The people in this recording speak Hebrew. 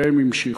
והם המשיכו,